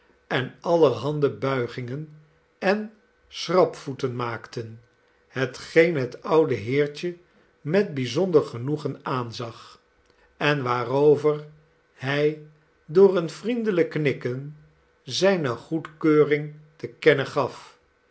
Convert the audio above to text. en allerhande buigingen en schrapvoeten maakten hetgeen het oude heertje met bijzonder genoegen aanzag en waarover hij door een vriendelijk knikken zijne goedkeuring te kennen gaf